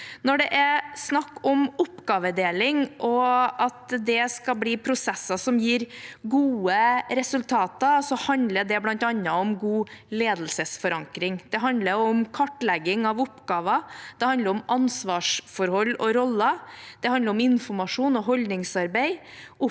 Når det er snakk om oppgavedeling og at det skal bli prosesser som gir gode resultater, handler det bl.a. om god ledelsesforankring. Det handler om kartlegging av oppgaver, det handler om ansvarsforhold og roller, det handler om informasjon og holdningsarbeid,